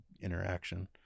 interaction